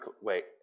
wait